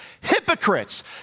hypocrites